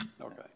okay